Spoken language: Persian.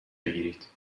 بگیرید